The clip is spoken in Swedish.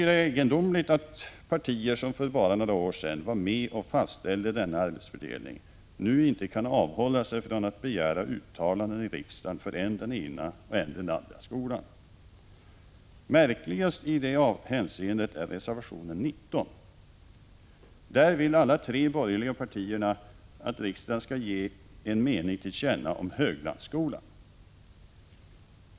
Det är egendomligt att partier som för bara några år sedan var med och fastställde denna arbetsfördelning nu inte kan avhålla sig från att begära uttalanden i riksdagen för än den ena, än den andra skolan. Märkligast i det hänseendet är reservationen 19. Där vill alla de tre borgerliga partierna att riksdagen skall ge en mening till känna om Höglandsskolan.